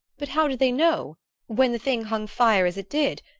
but how did they know when the thing hung fire as it did?